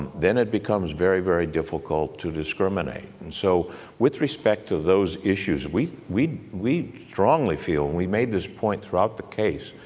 then it becomes very, very difficult to discriminate, and so with respect to those issues, we we strongly feel, and we made this point throughout the case,